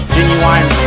Genuine